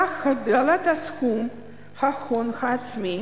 כך, הגדלת סכום ההון העצמי